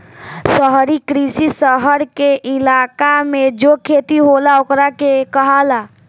शहरी कृषि, शहर के इलाका मे जो खेती होला ओकरा के कहाला